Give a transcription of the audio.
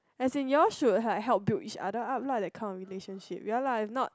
as in you all should had help build each other up lah that kind of relationship ya lah is not